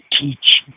teach